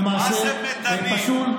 אני מרשה לך לומר את מה שאתה רוצה.